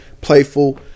playful